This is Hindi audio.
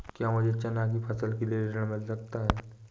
क्या मुझे चना की फसल के लिए ऋण मिल सकता है?